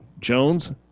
Jones